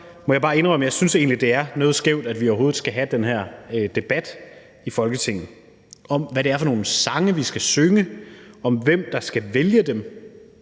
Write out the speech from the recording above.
synes, det er noget skævt, at vi overhovedet skal have den her debat i Folketinget om, hvad det er for nogle sange, vi skal synge; om hvem, der skal vælge dem.